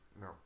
No